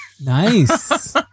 nice